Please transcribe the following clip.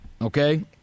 okay